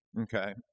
okay